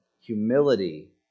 humility